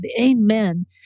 Amen